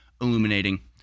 illuminating